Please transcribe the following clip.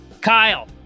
kyle